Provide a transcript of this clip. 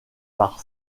par